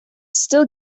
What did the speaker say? still